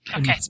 Okay